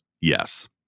Yes